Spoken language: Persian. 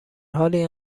حالی